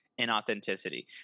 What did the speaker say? inauthenticity